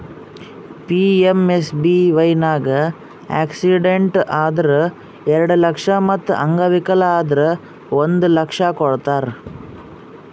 PMSBY ನಾಗ್ accident ಆದುರ್ ಎರಡು ಲಕ್ಷ ಮತ್ ಅಂಗವಿಕಲ ಆದುರ್ ಒಂದ್ ಲಕ್ಷ ಕೊಡ್ತಾರ್